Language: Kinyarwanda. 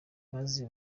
maze